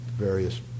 various